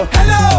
Hello